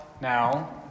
now